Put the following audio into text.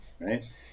right